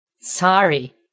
Sorry